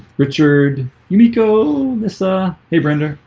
richard yumiko missa hey, brenda.